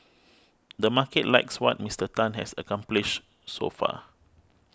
the market likes what Mister Tan has accomplished so far